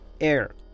air